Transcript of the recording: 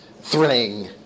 thrilling